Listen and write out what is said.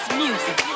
music